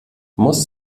muss